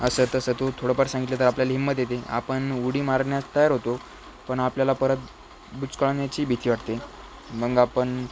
असं तसं तू थोडं फार सांगितलं तर आपल्याला हिम्मत येते आपण उडी मारण्यास तयार होतो पण आपल्याला परत बुचकाळण्याची भीती वाटते मग आपण